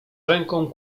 ręką